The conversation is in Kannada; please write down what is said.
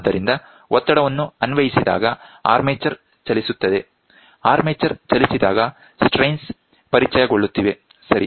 ಆದ್ದರಿಂದ ಒತ್ತಡವನ್ನು ಅನ್ವಯಿಸಿದಾಗ ಆರ್ಮೆಚರ್ ಚಲಿಸುತ್ತದೆ ಆರ್ಮೆಚರ್ ಚಲಿಸಿದಾಗ ಸ್ಟ್ರೈನ್ಸ್ ಪರಿಚಯಗೊಳ್ಳುತ್ತಿವೆ ಸರಿ